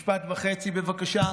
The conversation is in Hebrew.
משפט וחצי, בבקשה.